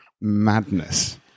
madness